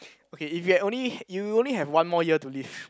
okay if you have only you only have one more year to live